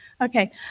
Okay